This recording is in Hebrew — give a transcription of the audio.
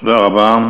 תודה רבה.